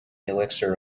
elixir